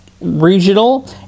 Regional